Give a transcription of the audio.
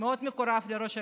מאוד מקורב לראש הממשלה.